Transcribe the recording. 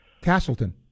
Castleton